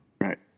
Right